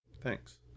Thanks